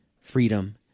freedom